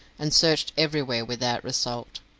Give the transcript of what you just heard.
and searched everywhere without result.